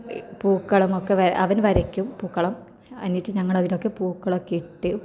പൂക്കളമൊക്കെ അവൻ വരയ്ക്കും പൂക്കളം എന്നിട്ട് ഞങ്ങൾ അതിലൊക്കെ പൂക്കളൊക്കെ ഇട്ട്